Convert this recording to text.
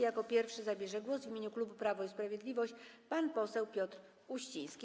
Jako pierwszy głos zabierze w imieniu klubu Prawo i Sprawiedliwość pan poseł Piotr Uściński.